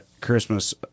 Christmas